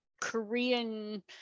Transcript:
Korean